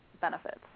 benefits